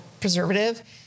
preservative